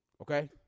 Okay